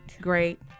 great